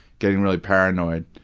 getting really paranoid.